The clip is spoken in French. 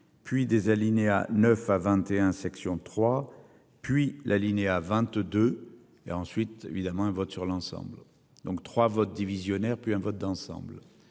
puis des alinéas 9 à 21, section 3 puis La Linea 22 et ensuite évidemment un vote sur l'ensemble donc 3 votes divisionnaire puis un vote d'ensemble.